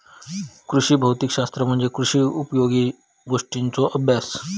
कृषी भौतिक शास्त्र म्हणजे कृषी उपयोगी गोष्टींचों अभ्यास